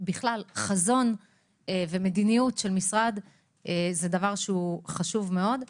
בכלל חזון ומדיניות של משרד זה דבר חשוב מאוד.